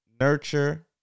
nurture